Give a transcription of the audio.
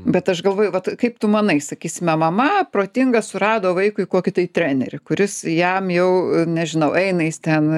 bet aš galvoju vat kaip tu manai sakysime mama protinga surado vaikui kokį tai trenerį kuris jam jau nežinau eina jis ten